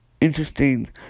interesting